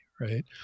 right